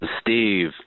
Steve